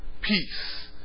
peace